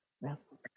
Yes